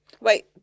Wait